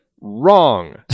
wrong